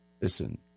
listen